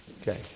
okay